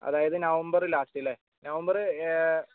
അതായത് November last അല്ലേ November